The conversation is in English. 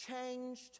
changed